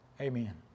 Amen